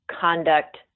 conduct